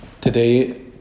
Today